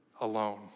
alone